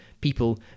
people